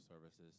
services